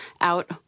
out